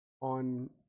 on